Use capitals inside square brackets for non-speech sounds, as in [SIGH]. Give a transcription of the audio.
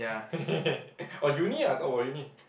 [LAUGHS] or Uni ah talk about Uni